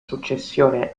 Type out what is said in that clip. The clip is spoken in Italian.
successione